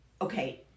okay